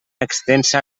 extensa